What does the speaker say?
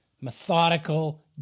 methodical